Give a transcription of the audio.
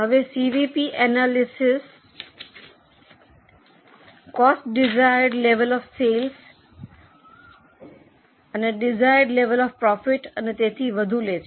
હવે સીવીપી એનાલિસિસમાં તેને cost desired level of sales desired level of profit અને તેથી વધુ લે છે